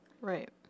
Right